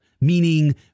meaning